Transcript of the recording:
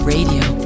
Radio